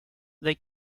they